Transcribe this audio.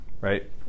right